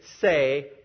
say